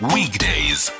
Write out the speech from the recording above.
Weekdays